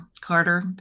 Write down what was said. Carter